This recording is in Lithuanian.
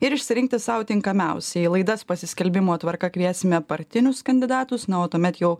ir išsirinkti sau tinkamiausią į laidas pasiskelbimo tvarka kviesime partinius kandidatus na o tuomet jau